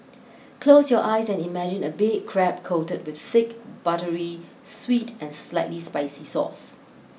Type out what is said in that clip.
close your eyes and imagine a big crab coated with thick buttery sweet and slightly spicy sauce